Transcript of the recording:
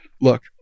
Look